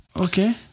Okay